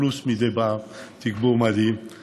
פלוס תגבור מדהים מדי פעם.